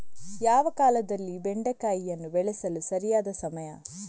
ಯಾವ ಕಾಲದಲ್ಲಿ ಬೆಂಡೆಕಾಯಿಯನ್ನು ಬೆಳೆಸಲು ಸರಿಯಾದ ಸಮಯ?